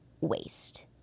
waste